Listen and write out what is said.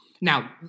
Now